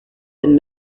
been